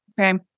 Okay